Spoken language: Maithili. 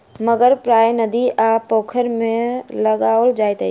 मगर प्रायः नदी आ पोखैर लग पाओल जाइत अछि